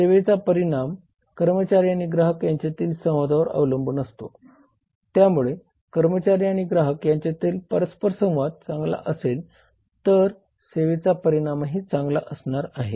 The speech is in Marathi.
सेवेचा परिणाम कर्मचारी आणि ग्राहक यांच्यातील संवादावर अवलंबून असतो त्यामुळे कर्मचारी आणि ग्राहक यांच्यातील परस्परसंवाद चांगला असेल तर सेवेचा परिणामही चांगला असणार आहे